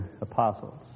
apostles